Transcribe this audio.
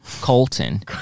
colton